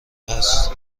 هست